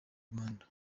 rwanda